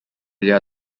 their